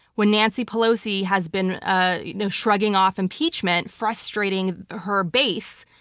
when nancy pelosi has been ah you know shrugging off impeachment, frustrating her base,